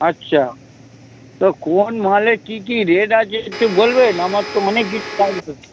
আচ্ছা তো কোন মালে কী কী রেট আছে একটু বলবেন আমার তো অনেক কিছু কাজ কর